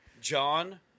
John